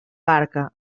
barca